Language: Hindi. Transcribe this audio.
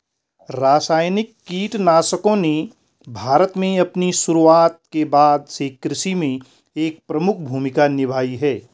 रासायनिक कीटनाशकों ने भारत में अपनी शुरूआत के बाद से कृषि में एक प्रमुख भूमिका निभाई है